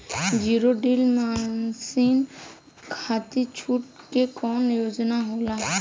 Zero deal मासिन खाती छूट के कवन योजना होला?